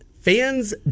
fans